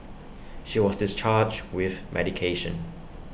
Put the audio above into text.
she was discharged with medication